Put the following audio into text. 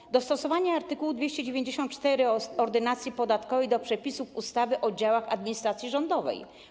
Mamy dostosowanie art. 294 Ordynacji podatkowej do przepisów ustawy o działach administracji rządowej.